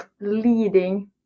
leading